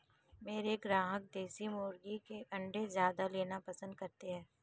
मेरे ग्राहक देसी मुर्गी के अंडे ज्यादा लेना पसंद करते हैं